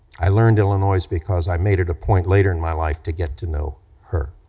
i learned illinois's because i made it a point later in my life to get to know her.